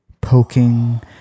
Poking